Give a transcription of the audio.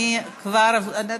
אל תדאג.